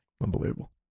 Unbelievable